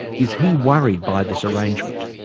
is he worried by this arrangement?